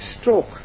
stroke